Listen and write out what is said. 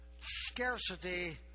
Scarcity